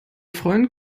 freund